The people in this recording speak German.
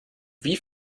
wie